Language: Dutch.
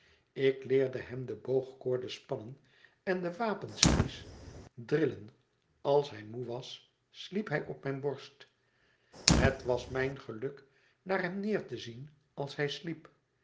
ik leerde hem de boogkoorde spannen en den werpspies drillen en als hij moê was sliep hij op mijn borst het was mijn geluk naar hem neêr te zien als hij sliep